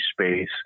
space